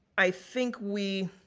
i think, we,